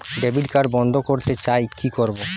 Debit card বন্ধ করতে চাই কি করব?